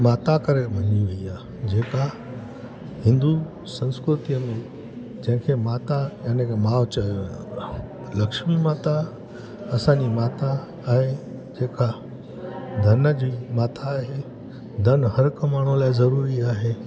माता करे मञी वेई आहे जेका हिंदु संस्कृतिअ में जेके माता यानी की माउ चयो वियो आहे लक्ष्मी माता असांजी माता आहे जेका धन जी माता आहे धन हर को माण्हू लाइ ज़रूरी आहे